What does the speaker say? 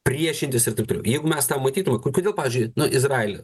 priešintis ir taip toliau jeigu mes tą matytumėm kodėl pavyzdžiui nu izraelio